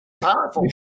Powerful